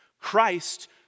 Christ